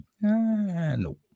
No